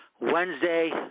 Wednesday